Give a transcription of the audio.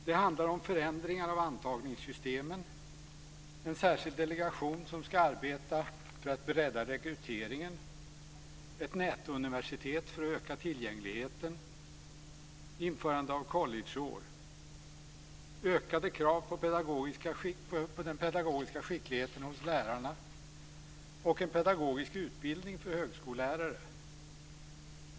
Det handlar om förändringar av antagningssystemen, en särskild delegation som ska arbeta för att bredda rekryteringen, ett nätuniversitet för att öka tillgängligheten, införande av collegeår, ökade krav på den pedagogiska skickligheten hos lärarna och en pedagogisk utbildning för högskolelärare.